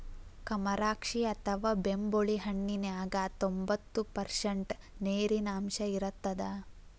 ಕಮರಾಕ್ಷಿ ಅಥವಾ ಬೆಂಬುಳಿ ಹಣ್ಣಿನ್ಯಾಗ ತೋಭಂತ್ತು ಪರ್ಷಂಟ್ ನೇರಿನಾಂಶ ಇರತ್ತದ